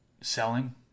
selling